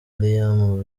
liam